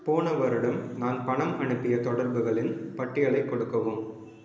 போன வருடம் நான் பணம் அனுப்பிய தொடர்புகளின் பட்டியலை கொடுக்கவும்